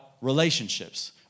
relationships